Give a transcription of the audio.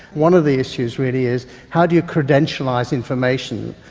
one of the issues really is how do you credentialise information,